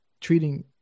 treating